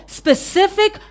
specific